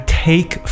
take